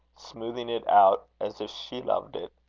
smoothing it out as if she loved it.